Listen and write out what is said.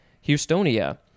houstonia